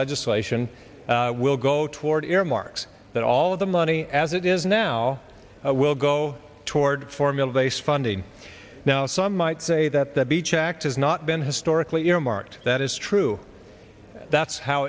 legislation will go so toward earmarks that all of the money as it is now will go toward formula based funding now some might say that the beach act has not been historically earmarked that is true that's how